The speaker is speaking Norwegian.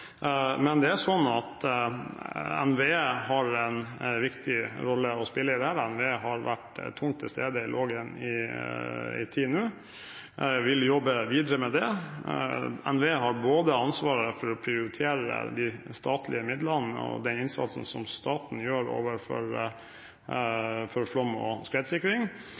har en viktig rolle å spille i dette. NVE har i en tid nå vært tungt til stede når det gjelder Lågen, og vil jobbe videre med det. NVE har ansvaret for å prioritere de statlige midlene og den innsatsen som staten gjør i forbindelse med flom- og skredsikring.